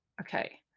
Okay